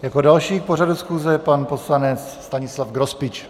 Jako další k pořadu schůze pan poslanec Stanislav Grospič.